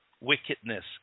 wickedness